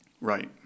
Right